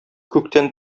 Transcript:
күктән